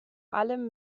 allem